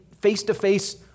face-to-face